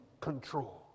control